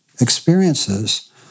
experiences